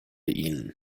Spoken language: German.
ihnen